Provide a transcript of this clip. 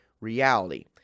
reality